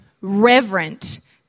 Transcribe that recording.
reverent